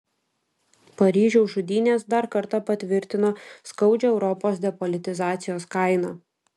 paryžiaus žudynės dar kartą patvirtino skaudžią europos depolitizacijos kainą